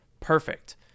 Perfect